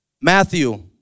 Matthew